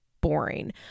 boring